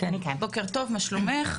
בוקר טוב, מה שלומך?